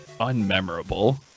unmemorable